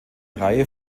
reihe